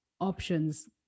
options